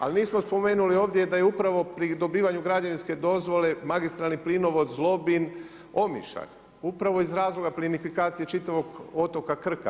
Ali, nismo spomenuli ovdje, da je upravo pri dobivanju građevinske dozvole, magistralni plinovod Zlobin, Omišalj, upravo iz razloga plinifikacije čitavog otoka Krka.